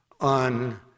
on